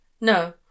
No